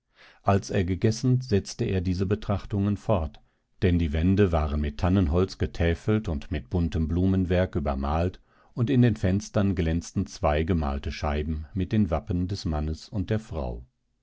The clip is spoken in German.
als er gegessen setzte er diese betrachtungen fort denn die wände waren mit tannenholz getäfert und mit buntem blumenwerk übermalt und in den fenstern glänzten zwei gemalte scheiben mit den wappen des mannes und der frau